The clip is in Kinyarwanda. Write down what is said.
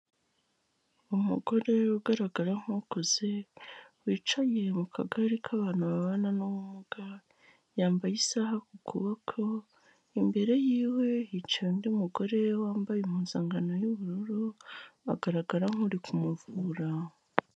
Umugore ugaragara nk'ukuze, wicaye mu kagare k'abantu babana n'ubumuga, yambaye isaha ku kuboko, imbere yiwe hicaye undi mugore wambaye impuzankano y'ubururu, agaragara nk'uri ku muvura.